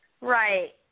Right